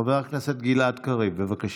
חבר הכנסת גלעד קריב, בבקשה.